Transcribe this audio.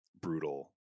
brutal